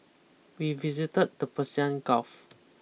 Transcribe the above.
we visited the Persian Gulf